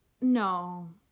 No